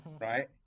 right